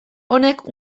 honek